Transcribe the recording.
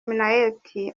minnaert